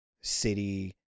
city